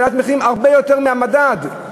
עליית מחירים רבה יותר מעליית המדד.